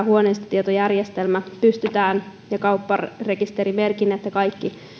huoneistotietojärjestelmä ja kaupparekisterimerkinnät ja kaikki pystytään